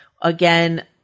again